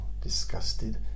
disgusted